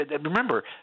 remember